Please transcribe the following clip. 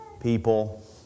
People